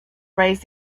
raised